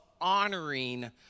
honoring